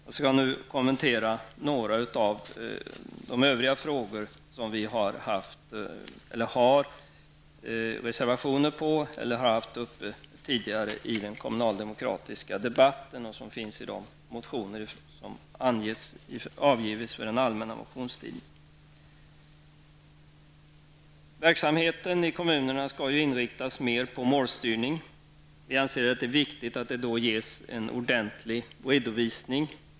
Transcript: Jag skall nu kommentera några av de övriga frågor som vi har reservationer om eller tidigare har haft uppe i den kommunaldemokratiska debatten och som finns i de motioner som avgivits under den allmänna motionstiden. Verksamheten i kommunerna skall ju inriktas mer på målstyrning. Vi anser att det är viktigt att det då till fullmäktige ges en ordentlig redovisning.